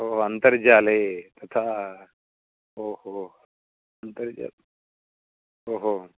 ओहो अन्तर्जाले तथा ओहो अन्तर्जालम् ओहो